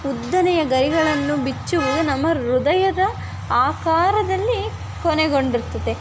ಉದ್ದನೆಯ ಗರಿಗಳನ್ನು ಬಿಚ್ಚುವುದು ನಮ್ಮ ಹೃದಯದ ಆಕಾರದಲ್ಲಿ ಕೊನೆಗೊಂಡಿರ್ತದೆ